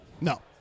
No